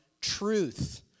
truth